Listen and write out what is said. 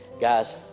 guys